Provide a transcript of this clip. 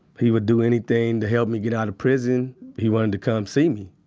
he would do anything to help me get out of prison. he wanted to come see me.